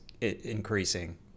increasing